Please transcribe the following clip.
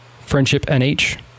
FriendshipNH